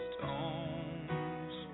Stones